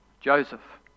Joseph